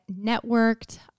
networked